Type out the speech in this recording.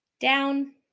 down